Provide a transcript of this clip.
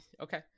Okay